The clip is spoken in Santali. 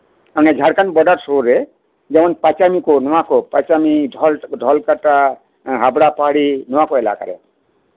ᱚᱱᱮ ᱡᱷᱟᱲᱠᱷᱚᱱᱰ ᱵᱳᱰᱟᱨ ᱥᱩᱨ ᱨᱮ ᱡᱮᱢᱚᱱ ᱯᱟᱸᱪᱟᱢᱤ ᱠᱚ ᱱᱚᱶᱟ ᱠᱚ ᱰᱷᱚᱞᱠᱟᱴᱟ ᱦᱟᱵᱲᱟ ᱯᱟᱦᱟᱲᱤ ᱱᱚᱶᱟ ᱠᱚ ᱮᱞᱟᱠᱟᱨᱮ